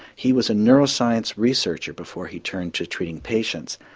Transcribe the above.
he was a neuroscience researcher before he turned to treating patients.